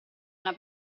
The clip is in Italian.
una